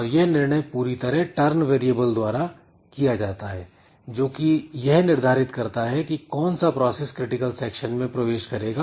और यह निर्णय पूरी तरह turn वेरिएबल द्वारा किया जाता है जोकि यह निर्धारित करता है कि कौन सा प्रोसेस क्रिटिकल सेक्शन में प्रवेश करेगा